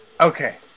Okay